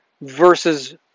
versus